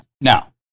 now